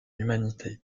humanité